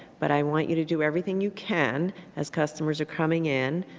but i want you to do everything you can as customers are coming in,